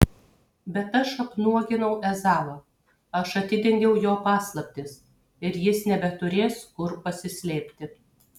bet aš apnuoginau ezavą aš atidengiau jo paslaptis ir jis nebeturės kur pasislėpti